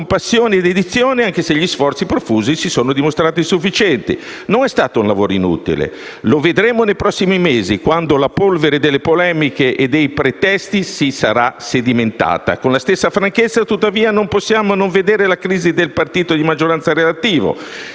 con passione e dedizione, anche se gli sforzi profusi si sono dimostrati insufficienti. Non è stato un lavoro inutile e lo vedremo nei prossimi mesi, quando la polvere delle polemiche e dei pretesti si sarà sedimentata. Con la stessa franchezza, tuttavia, non possiamo non vedere la crisi del partito di maggioranza relativa.